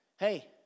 Hey